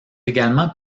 également